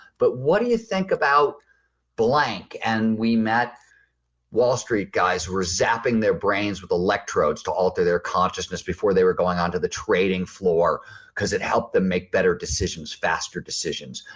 but what do you think about blank and we met wall street guys were zapping their brains with electrodes to alter their consciousness before they were going to the trading floor because it help them make better decisions, faster decisions.